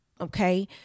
okay